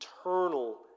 eternal